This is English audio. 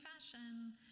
fashion